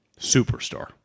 Superstar